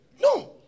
No